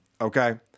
Okay